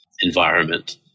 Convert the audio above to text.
environment